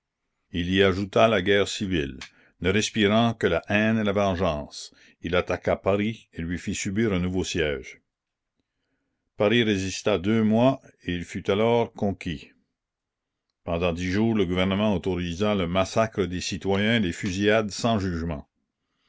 il y ajouta la guerre civile ne respirant que la haine et la vengeance il attaqua paris et lui fit subir un nouveau siège paris résista deux mois et il fut alors conquis pendant dix jours le gouvernement autorisa le massacre des citoyens et les fusillades sans jugement